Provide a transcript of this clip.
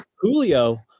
Julio